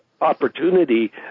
opportunity